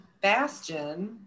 Bastion